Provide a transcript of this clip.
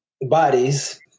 bodies